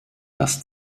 das